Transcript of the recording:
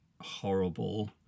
horrible